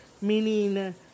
meaning